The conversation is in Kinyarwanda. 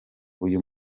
uyu